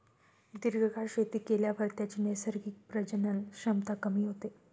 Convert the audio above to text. दीर्घकाळ शेती केल्यावर त्याची नैसर्गिक प्रजनन क्षमता कमी होते